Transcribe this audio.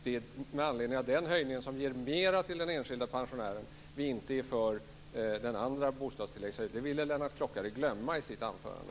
Det är med anledning av den höjningen, som ger mer till den enskilda pensionären, vi inte är för det andra bostadstillägget. Det ville Lennart Klockare glömma i sitt anförande.